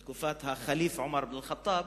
מתקופת הח'ליף עומר אבן אל-ח'טאב.